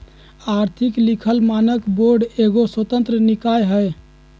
आर्थिक लिखल मानक बोर्ड एगो स्वतंत्र निकाय हइ